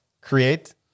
create